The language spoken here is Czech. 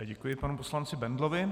Děkuji panu poslanci Bendlovi.